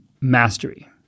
mastery